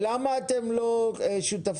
למה אתם לא שותפים